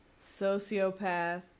sociopath